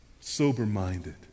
Sober-minded